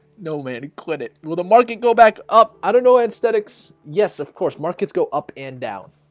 no, man quit. it well the market go back up. i don't know anesthetics. yes of course markets go up and down